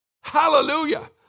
Hallelujah